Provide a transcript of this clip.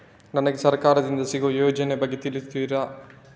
ನನಗೆ ಸರ್ಕಾರ ದಿಂದ ಸಿಗುವ ಯೋಜನೆ ಯ ಬಗ್ಗೆ ತಿಳಿಸುತ್ತೀರಾ?